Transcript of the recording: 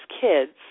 kids